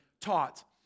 taught